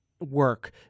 work